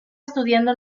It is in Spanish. estudiando